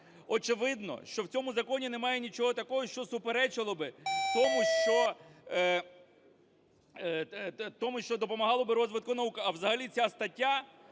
Очевидно, що в цьому законі немає нічого такого, що суперечило би тому, що допомагало би розвитку науки. А взагалі ця стаття,